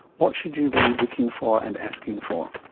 what should you be looking for and asking for?